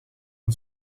een